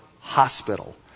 hospital